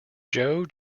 joe